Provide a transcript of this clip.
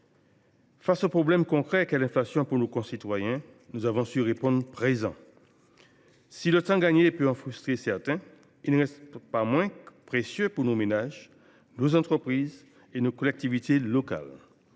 Face au problème concret pour nos concitoyens qu’est l’inflation, nous avons su répondre présent. Si le temps ainsi gagné peut en frustrer certains, il n’en reste pas moins précieux pour nos ménages, nos entreprises et nos collectivités locales.